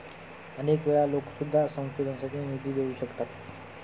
अनेक वेळा लोकं सुद्धा संशोधनासाठी निधी देऊ शकतात